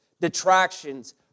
detractions